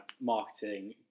marketing